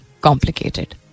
complicated